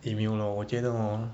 eh 没有 lor 我觉得 hor